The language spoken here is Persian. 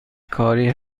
کاری